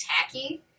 tacky